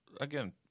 Again